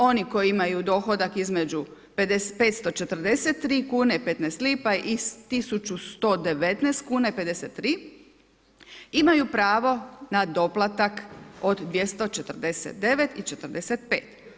Oni koji imaju dohodak između 543 kune i 15 lipa i 1119 kuna i 53 imaju pravo na doplatak od 249 i 45.